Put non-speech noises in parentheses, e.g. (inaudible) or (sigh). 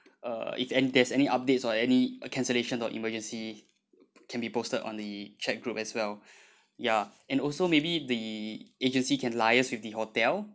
uh if an~ there's any updates or any uh cancellation or emergency can be posted on the chat group as well (breath) ya and also maybe the agency can liase with the hotel